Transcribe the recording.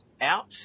out